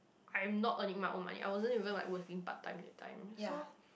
I'm not earning my own money I wasn't even like working part time that time so